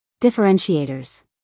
Differentiators